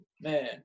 Man